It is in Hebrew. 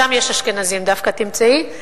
שם יש אשכנזים, דווקא, תמצאי.